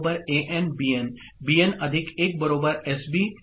Bn' RB An